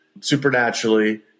supernaturally